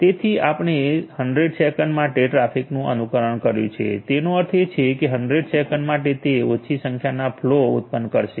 તેથી આપણે 100 સેકંડ માટે ટ્રાફિકનું અનુકરણ કર્યું છે તેનો અર્થ એ કે 100 સેકંડ માટે તે ઓછી સંખ્યાના ફલૉ પ્રવાહ ઉત્પન્ન કરશે